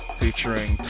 featuring